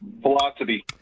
Velocity